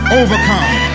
overcome